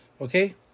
Okay